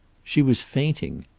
she was fainting.